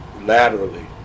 laterally